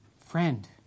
Friend